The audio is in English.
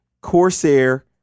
Corsair